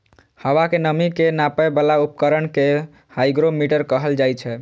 हवा के नमी के नापै बला उपकरण कें हाइग्रोमीटर कहल जाइ छै